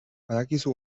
badakizu